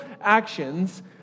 actions